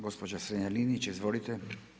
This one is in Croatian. Gospođa Strenja-Linić, izvolite.